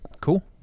cool